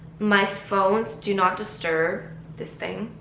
my phone's do not disturb this thing